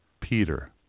Peter